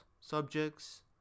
subjects